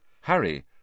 Harry